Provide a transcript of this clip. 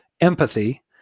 empathy